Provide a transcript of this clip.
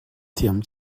thiam